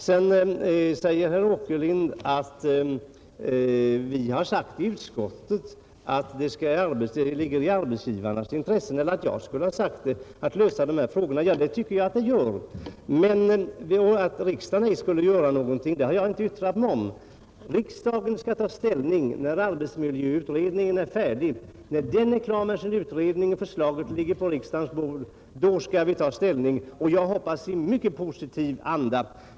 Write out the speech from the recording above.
Herr Åkerlind säger vidare att jag skulle ha sagt i utskottet att det ligger i arbetsgivarnas intresse att lösa de här frågorna, Ja, det tycker jag att det gör. Men att riksdagen inte skulle göra någonting har jag inte yttrat. Riksdagen bör ta ställning när arbetsmiljöutredningen är färdig. När dess förslag ligger på riksdagens bord skall vi ta ställning — hoppas jag — i mycket positiv anda.